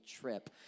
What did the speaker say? trip